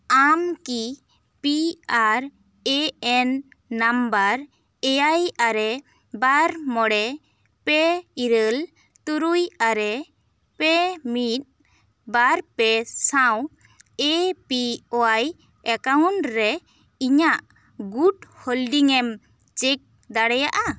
ᱟᱢ ᱠᱤ P R A N number ᱮᱭᱟᱭ ᱟᱨᱮ ᱵᱟᱨ ᱢᱚᱬᱮ ᱯᱮ ᱤᱨᱟᱹᱞ ᱛᱩᱨᱩᱭ ᱟᱨᱮ ᱯᱮ ᱢᱤᱫ ᱵᱟᱨ ᱯᱮ ᱥᱟᱶ ᱮ ᱯᱤ ᱚᱣᱟᱭ ᱮᱠᱟᱣᱩᱱᱴ ᱨᱮ ᱤᱧᱟᱜ ᱜᱩᱴ ᱦᱳᱞᱰᱤᱝ ᱮᱢ ᱪᱮᱠ ᱫᱟᱲᱮᱭᱟᱜᱼᱟ